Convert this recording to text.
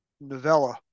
novella